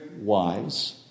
wise